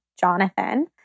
Jonathan